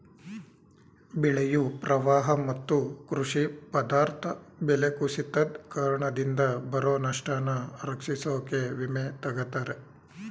ಬೆಳೆಯು ಪ್ರವಾಹ ಮತ್ತು ಕೃಷಿ ಪದಾರ್ಥ ಬೆಲೆ ಕುಸಿತದ್ ಕಾರಣದಿಂದ ಬರೊ ನಷ್ಟನ ರಕ್ಷಿಸೋಕೆ ವಿಮೆ ತಗತರೆ